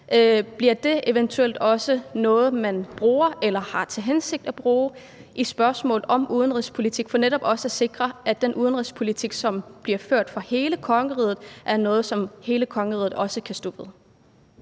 eventuelt også noget, man bruger eller har til hensigt at bruge i spørgsmål om udenrigspolitik for netop at sikre, at den udenrigspolitik, der bliver ført for hele kongeriget, er noget, som hele kongeriget også kan stå ved?